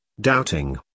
Doubting